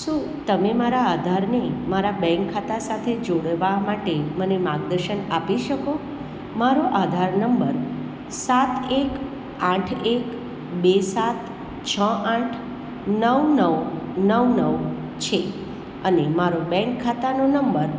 શું તમે મારા આધારને મારા બેન્ક ખાતા સાથે જોડવા માટે મને માર્ગદર્શન આપી શકો મારો આધાર નંબર સાત એક આઠ એક બે સાત છ આઠ નવ નવ નવ નવ છે અને મારો બેન્ક ખાતાનો નંબર